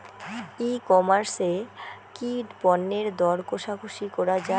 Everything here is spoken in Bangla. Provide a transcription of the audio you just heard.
ই কমার্স এ কি পণ্যের দর কশাকশি করা য়ায়?